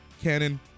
canon